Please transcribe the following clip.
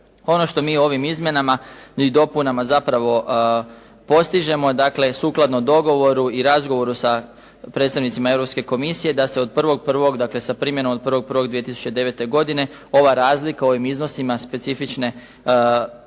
Ono što mi ovim izmjenama i dopunama zapravo postižemo dakle sukladno dogovoru i razgovoru sa predstavnicima Europske komisije da se od 1.1. dakle sa primjenom od 1.1.2009.godine ova razlika u ovim iznosima specifične